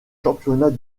championnats